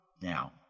now